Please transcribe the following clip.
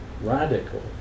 radical